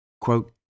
Quote